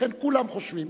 ולכן כולם חושבים,